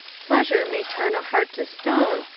pleasure may turn a heart to stone,